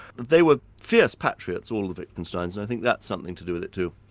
they were fierce patriots, all the wittgensteins and i think that's something to do with it, too.